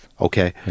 Okay